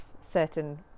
certain